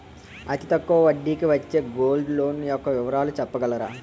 అతి తక్కువ వడ్డీ కి వచ్చే గోల్డ్ లోన్ యెక్క వివరాలు చెప్పగలరా?